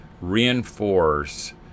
reinforce